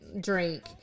drink